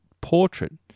portrait